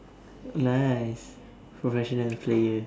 nice professional player